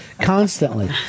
Constantly